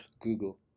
Google